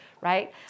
right